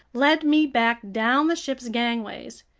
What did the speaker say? led me back down the ship's gangways.